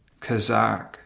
kazakh